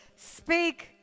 Speak